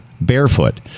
barefoot